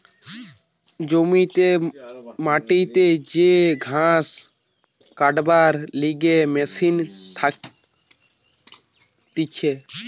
জমিতে মাটিতে যে ঘাস কাটবার লিগে মেশিন থাকতিছে